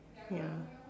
ya